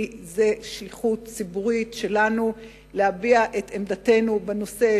כי זו שליחות ציבורית שלנו להביע את עמדתנו בנושא,